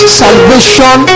salvation